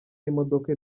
y’imodoka